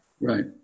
Right